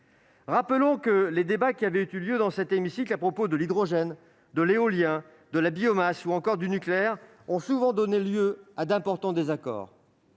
Rappelons que les débats qui ont eu lieu dans cet hémicycle à propos de l'hydrogène, de l'éolien, de la biomasse ou encore du nucléaire ont souvent donné lieu à d'importants désaccords.